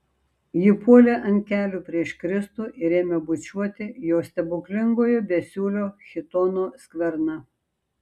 ji puolė ant kelių prieš kristų ir ėmė bučiuoti jo stebuklingojo besiūlio chitono skverną